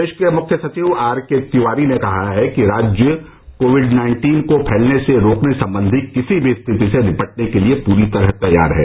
प्रदेश के मुख्य सचिव आर के तिवारी ने कहा है कि राज्य कोविड नाइन्टीन को फैलने से रोकने संबंधी किसी भी स्थिति र्से निपटने के लिए पूरी तरह तैयार है